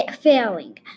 Failing